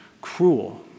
cruel